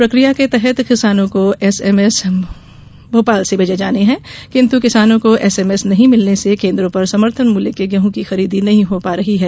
प्रक्रिया के तहत किसानों को एसएमएस भोपाल से भेजे जाने है किन्तु किसानों को एसएमएस नही मिलने से केन्द्रों पर समर्थन मूल्य के गेंहूँ की खरीदी नही हो पा रही है